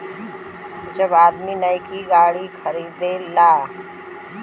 जब आदमी नैकी गाड़ी खरीदेला